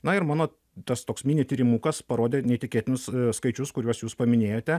na ir mano tas toks mini tyrimukas parodė neįtikėtinus skaičius kuriuos jūs paminėjote